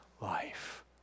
life